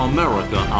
America